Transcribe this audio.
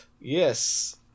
Yes